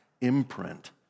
imprint